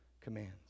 commands